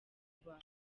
ubwoba